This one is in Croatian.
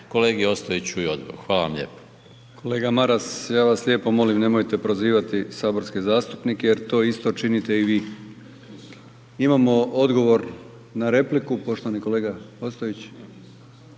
lijepo. **Brkić, Milijan (HDZ)** Kolega Maras ja vas lijepo molim nemojte prozivati saborske zastupnike jer to isto činite i vi. Imamo odgovor na repliku. Poštovani kolega Ostojić.